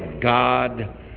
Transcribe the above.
God